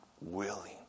willing